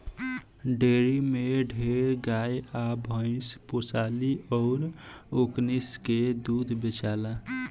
dairy में ढेरे गाय आ भइस पोसाली अउर ओकनी के दूध बेचाला